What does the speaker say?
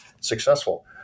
successful